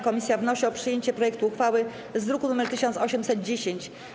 Komisja wnosi o przyjęcie projektu uchwały z druku nr 1810.